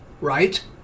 right